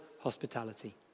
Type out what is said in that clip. hospitality